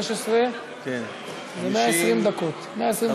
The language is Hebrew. אני מתכבד להציג את הצעת חוק שידורי הטלוויזיה מהכנסת (תיקון מס' 6)